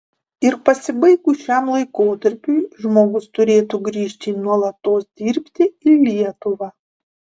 ir pasibaigus šiam laikotarpiui žmogus turėtų grįžti nuolatos dirbti į lietuvą